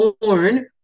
born